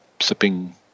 sipping